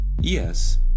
Yes